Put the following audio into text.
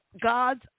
God's